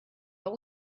but